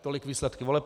Tolik výsledky voleb.